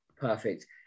perfect